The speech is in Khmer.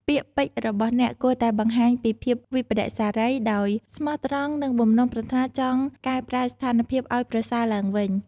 ពាក្យពេចន៍របស់អ្នកគួរតែបង្ហាញពីភាពវិប្បដិសារីដោយស្មោះត្រង់ និងបំណងប្រាថ្នាចង់កែប្រែស្ថានភាពឱ្យប្រសើរឡើងវិញ។